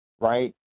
right